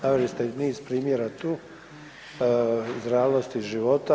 Naveli ste i niz primjera tu iz realnosti života.